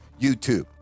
YouTube